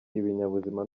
ibinyabuzima